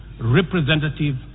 representative